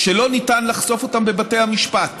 שלא ניתן לחשוף אותן בבתי המשפט,